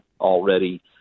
already